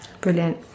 Brilliant